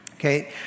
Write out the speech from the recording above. Okay